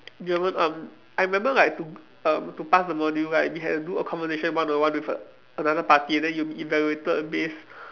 German um I remember like to err to pass the module like we had to do a conversation one on one with a another party then you evaluated based